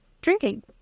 drinking